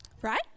Right